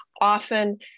Often